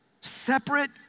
Separate